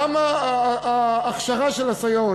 למה ההכשרה של הסייעות,